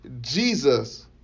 Jesus